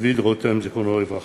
דוד רותם, זיכרונו לברכה.